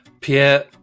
Pierre